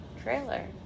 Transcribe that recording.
trailer